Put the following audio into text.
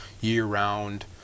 year-round